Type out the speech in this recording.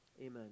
amen